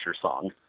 song